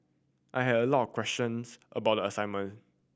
I had a lot of questions about the assignment